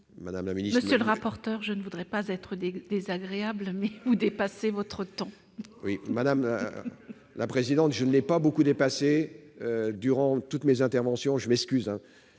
Monsieur le rapporteur, je ne voudrais pas être désagréable, mais vous dépassez votre temps de parole. Je ne l'ai pas beaucoup dépassé durant toutes mes interventions précédentes,